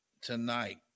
Tonight